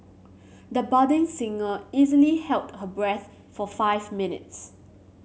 the budding singer easily held her breath for five minutes